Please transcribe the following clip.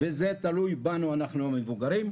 וזה תלוי בנו המבוגרים.